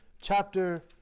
chapter